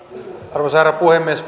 arvoisa herra puhemies